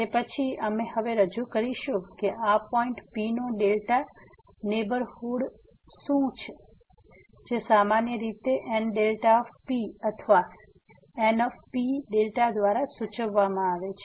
તે પછી અમે હવે રજૂ કરીશું કે આ પોઈન્ટ P નો ડેલ્ટા નેહબરહુડ શું છે જે સામાન્ય રીતે NP અથવા NPδ દ્વારા સૂચવવામાં આવે છે